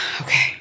Okay